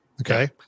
okay